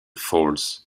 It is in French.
falls